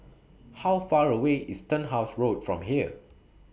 How Far away IS Turnhouse Road from here